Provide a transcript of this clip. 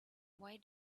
why